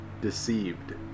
deceived